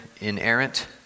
inerrant